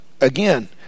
Again